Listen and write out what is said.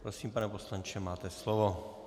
Prosím, pane poslanče, máte slovo.